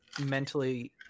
mentally